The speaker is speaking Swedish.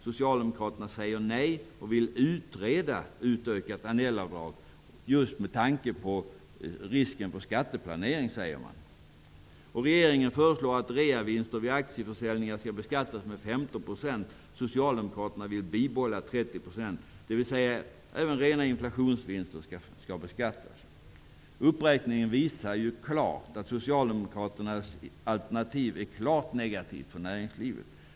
Socialdemokraterna säger nej och vill utreda utökat Annellavdrag just med tanke på risken för skatteplanering, säger man. Socialdemokraterna vill bibehålla 30 %, dvs. även rena inflationsvinster skall beskattas. Uppräkningen visar klart att Socialdemokraternas alternativ är klart negativt för näringslivet.